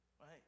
right